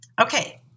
Okay